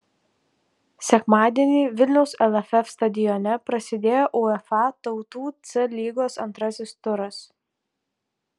sekmadienį vilniaus lff stadione prasidėjo uefa tautų c lygos antrasis turas